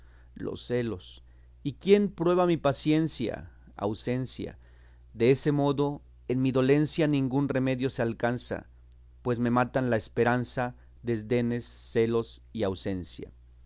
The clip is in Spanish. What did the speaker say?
los celos y quién prueba mi paciencia ausencia de ese modo en mi dolencia ningún remedio se alcanza pues me matan la esperanza desdenes celos y ausencia